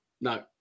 No